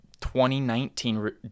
2019